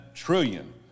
trillion